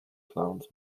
clowns